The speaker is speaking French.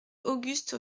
auguste